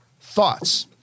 thoughts